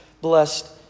blessed